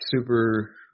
super